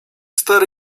stary